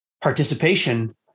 participation